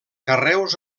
carreus